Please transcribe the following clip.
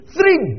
Three